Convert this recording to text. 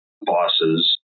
bosses